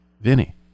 Vinny